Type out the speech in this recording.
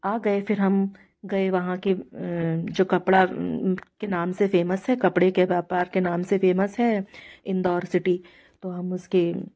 आ गए फिर हम गए वहाँ के जो कपड़ा के नाम से फ़ेमस है कपड़े के व्यापार के नाम से फ़ेमस है इंदौर सिटी तो हम उसके